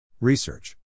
Research